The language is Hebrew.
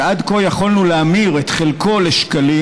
שעד כה יכולנו להמיר את חלקו לשקלים